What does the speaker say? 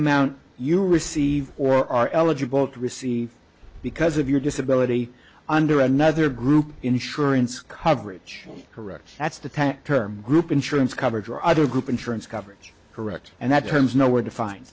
amount you receive or are eligible to receive because of your disability under another group insurance coverage correct that's the tack term group insurance coverage or other group insurance coverage correct and that terms know where to find